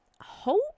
hope